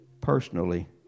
personally